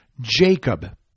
Jacob